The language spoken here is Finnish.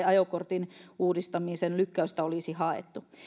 ajokortin uudistamisen lykkäystä olisi haettu